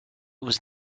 was